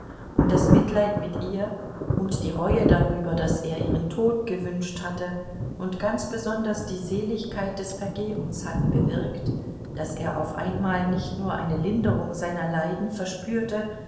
und das mitleid mit ihr und die reue darüber daß er ihren tod gewünscht hatte und ganz besonders die seligkeit des vergebens hatten bewirkt daß er auf einmal nicht nur eine linderung seiner leiden verspürte